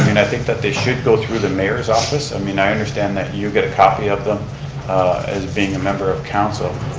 i mean i think that they should go through the mayor's office. i mean i understand that you get a copy of them as being a member of council.